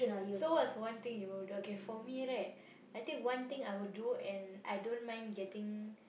so what's one thing you'll do okay for me right I think one thing I would do and I don't mind getting